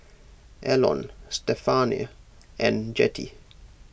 Elon Stephania and Jettie